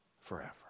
forever